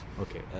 Okay